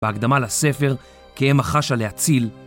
בהקדמה לספר, כאם החשה להציל